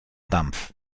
dampf